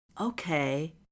okay